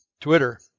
Twitter